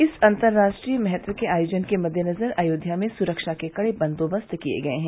इस अर्न्तराष्ट्रीय महत्व के आयोजन के मद्देनज़र अयोध्या में सुखा के कड़े बंदोबस्त किये गये हैं